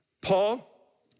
Paul